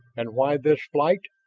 and why this flight?